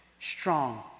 strong